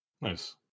Nice